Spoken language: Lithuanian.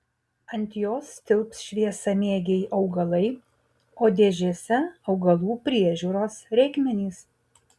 ant jos tilps šviesamėgiai augalai o dėžėse augalų priežiūros reikmenys